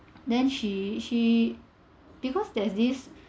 then she she because there's this